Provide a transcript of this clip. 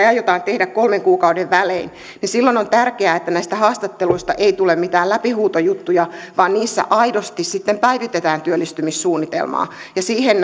aiotaan tehdä kolmen kuukauden välein niin silloin on tärkeää että näistä haastatteluista ei tule mitään läpihuutojuttuja vaan niissä aidosti sitten päivitetään työllistymissuunnitelmaa ja siihen